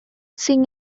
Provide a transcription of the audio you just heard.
sin